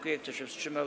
Kto się wstrzymał?